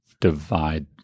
divide